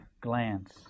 glance